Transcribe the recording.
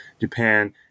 Japan